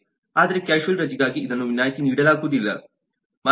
ಆದರೆ ಕ್ಯಾಶುಯಲ್ರಜೆಗಾಗಿ ಇದನ್ನು ವಿನಾಯಿತಿ ನೀಡಲಾಗುವುದಿಲ್ಲ